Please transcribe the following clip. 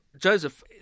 Joseph